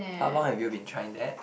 how long have you been trying that